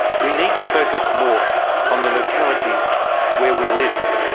we need to focus more on the localities where we live,